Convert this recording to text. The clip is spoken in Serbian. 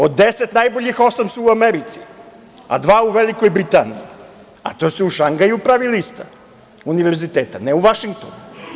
Od deset najboljih osam je u Americi, a dva u Velikoj Britaniji, a to se u Šangaju pravi lista univerziteta, ne u Vašingtonu.